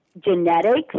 genetics